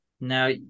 Now